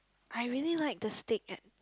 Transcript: I really like the steak at